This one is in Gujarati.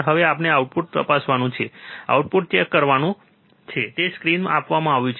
હવે આપણે આઉટપુટ તપાસવાનું છે આપણે આઉટપુટ ચેક કરવાનું છે તે જ સ્ક્રીનમાં આપવામાં આવ્યું છે